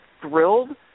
thrilled